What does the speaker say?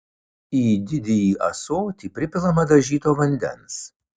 į didįjį ąsotį pripilama dažyto vandens